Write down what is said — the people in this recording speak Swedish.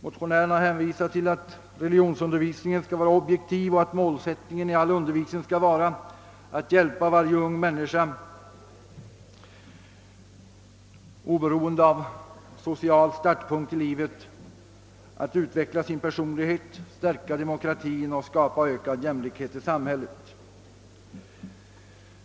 Motionärerna hänvisar till att religionsundervisningen skall vara objektiv och att målsättningen i all undervisning skall vara att hjälpa varje ung människa, oberoende av social startpunkt i livet, till att utveckla sin personlighet, stärka demokratin och skapa ökad jämlikhet i samhället.